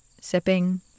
sipping